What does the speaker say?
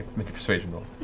make a persuasion roll.